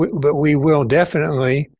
but we will definitely,